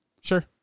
Sure